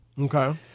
Okay